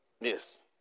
Yes